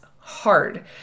hard